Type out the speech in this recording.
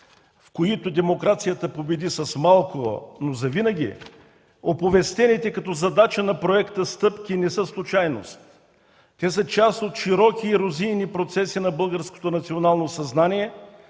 в които демокрацията победи с малко, но завинаги, оповестените като задачи на проекта стъпки не са случайност. Те са част от широки ерозийни процеси на българското национално съзнание,